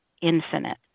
infinite